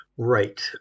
Right